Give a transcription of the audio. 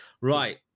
right